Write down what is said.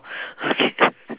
okay